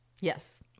yes